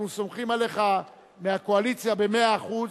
אנחנו סומכים עליך מהקואליציה במאה אחוז